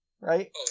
right